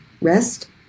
rest